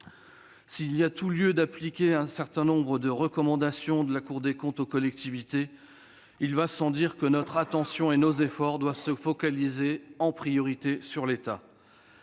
S'il y a tout lieu d'appliquer un certain nombre de recommandations de la Cour des comptes aux collectivités, il va sans dire que notre attention et nos efforts doivent se focaliser en priorité sur l'État.